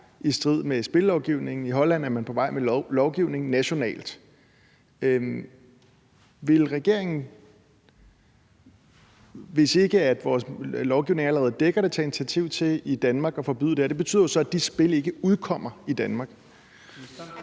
i strid med spillelovgivningen. I Holland er man på vej med lovgivning nationalt. Vil regeringen, hvis ikke vores lovgivning allerede dækker det, tage initiativ til at forbyde det her i Danmark? Det betyder jo så, at de spil ikke udkommer i Danmark.